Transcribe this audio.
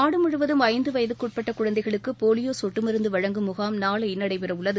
நாடு முழுவதம் ஐந்து வயதுக்கு உட்பட்ட குழந்தைகளுக்கு போலியோ சொட்டு மருந்து வழங்கும் முகாம் நாளை நடைபெறவுள்ளது